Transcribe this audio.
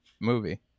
movie